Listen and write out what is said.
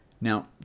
now